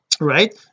right